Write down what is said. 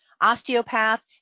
osteopath